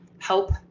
help